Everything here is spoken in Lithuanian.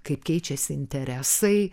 kaip keičiasi interesai